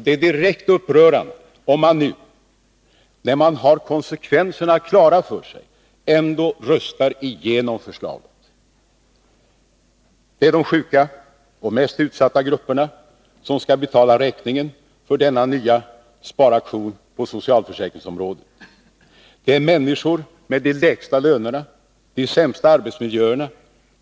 Det är direkt upprörande om man nu, när man har konsekvenserna klara för sig, ändå röstar igenom förslaget. Det är de sjuka och mest utsatta grupperna som skall betala räkningen för denna nya sparaktion på socialförsäkringsområdet. Det är människor med de lägsta lönerna, de sämsta arbetsmiljöerna